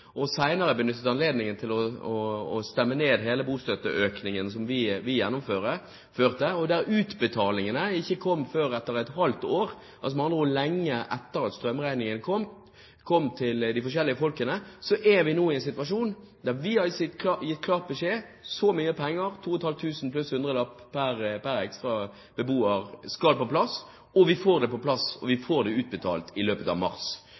og senere benyttet de anledningen til å stemme ned hele bostøtteøkningen som vi gjennomførte, og utbetalingene kom ikke før etter et halvt år – med andre ord lenge etter at folk fikk strømregningen. Men nå er vi i en situasjon der vi har gitt klar beskjed: Så mye penger – 2 500 kr, pluss en hundrelapp pr. ekstra beboer – skal på plass, og vi får det på plass, og vi får det utbetalt i løpet av mars.